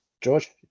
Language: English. George